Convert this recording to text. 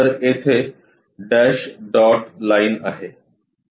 तर तेथे dash dot line आहे